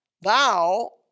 Thou